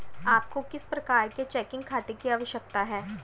आपको किस प्रकार के चेकिंग खाते की आवश्यकता है?